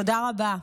תודה רבה.